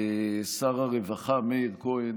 שר הרווחה מאיר כהן: